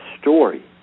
story